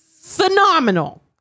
phenomenal